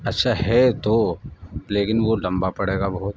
اچھا ہے تو لیکن وہ لمبا پڑے گا بہت